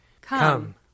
Come